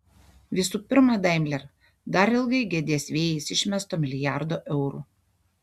visų pirma daimler dar ilgai gedės vėjais išmesto milijardo eurų